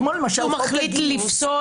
כמו למשל חוק הגיוס,